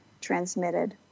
transmitted